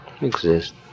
exist